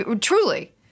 Truly